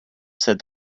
said